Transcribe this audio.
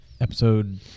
Episode